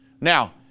Now